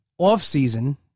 offseason